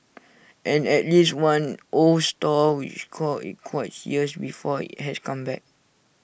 and at least one old stall which called IT quits years before IT has come back